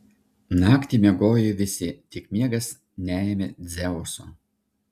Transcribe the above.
naktį miegojo visi tik miegas neėmė dzeuso